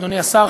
אדוני השר,